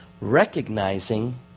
recognizing